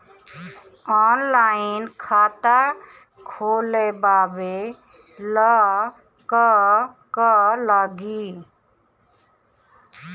Online खाता खोलबाबे ला का का लागि?